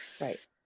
right